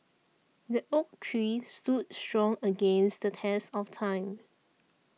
the oak tree stood strong against the test of time